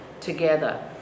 together